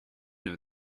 know